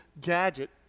gadget